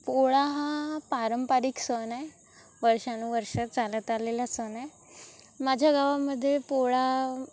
पोळा हा पारंपारिक सण आहे वर्षानुवर्ष चालत आलेला सण आहे माझ्या गावामध्ये पोळा